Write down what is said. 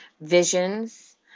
visions